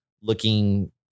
looking